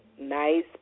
Nice